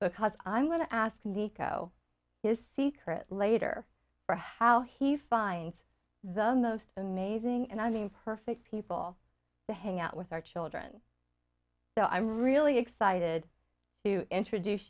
because i'm going to ask nico his secret later for how he finds the most amazing and i mean perfect people to hang out with our children well i'm really excited to introduce